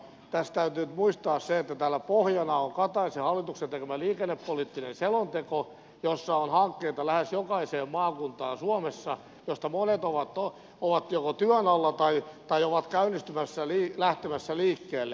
tässä täytyy nyt muistaa se että täällä pohjana on kataisen hallituksen tekemä liikennepoliittinen selonteko jossa on lähes jokaiseen maakuntaan suomessa hankkeita joista monet ovat joko työn alla tai ovat käynnistymässä lähtemässä liikkeelle